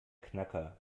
knacker